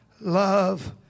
love